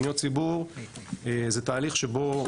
פניות ציבור זה תהליך שבו